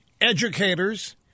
educators